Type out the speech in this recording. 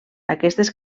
aquestes